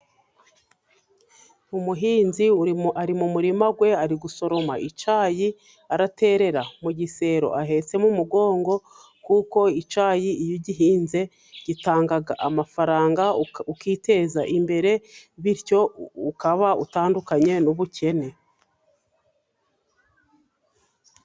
Umuhinzi uri ari mu murima we, ari gusoroma icyayi, araterera mu gisebo ahetse mu mugongo, kuko icyayi iyo ugihinze gitanga amafaranga ukiteza imbere, bityo ukaba utandukanye n'ubukene.